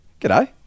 g'day